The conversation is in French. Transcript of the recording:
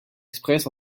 express